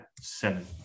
seven